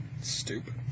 Stupid